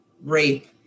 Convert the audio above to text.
rape